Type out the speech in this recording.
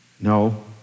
No